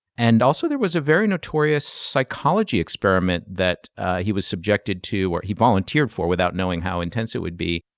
and also there was a very notorious psychology experiment that he was subjected to, or he volunteered for without knowing how intense it would be,